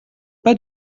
pas